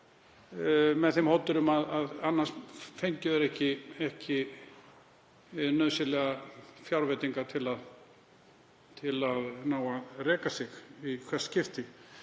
með þeim hótunum að annars fái þau ekki nauðsynlegar fjárveitingar til að ná að reka sig í hvert skipti.